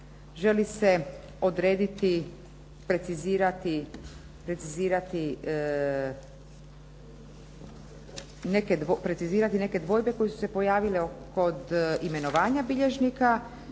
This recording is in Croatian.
želi se odrediti, precizirati neke dvojbe koje su se pojavile kod imenovanja bilježnika,